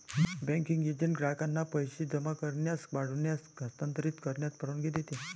banking agent ग्राहकांना पैसे जमा करण्यास, काढण्यास, हस्तांतरित करण्यास परवानगी देतो